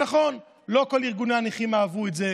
נכון, לא כל ארגוני הנכים אהבו את זה,